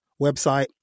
website